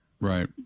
Right